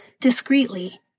discreetly